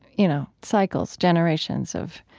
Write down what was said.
you know, cycles, generations of